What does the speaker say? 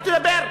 אל תדבר.